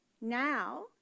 now